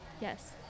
Yes